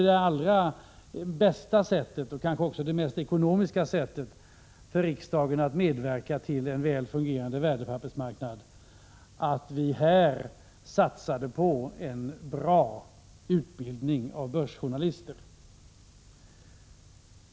Det allra bästa och mest ekonomiska sättet för riksdagen att medverka till en väl fungerande värdepappersmarknad vore måhända att vi här satsade på en bra utbildning av börsjournalister.